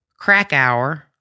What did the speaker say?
Crackhour